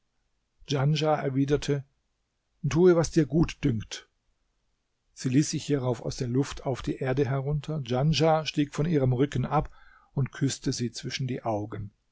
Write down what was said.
djanschah erwiderte tue was dir gut dünkt sie ließ sich hierauf aus der luft auf die erde herunter djanschah stieg von ihrem rücken ab und küßte sie zwischen die augen